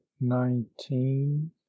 Nineteen